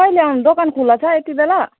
कहिले आउनु दोकान खुला छ यति बेला